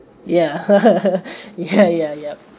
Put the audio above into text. ya ya ya yup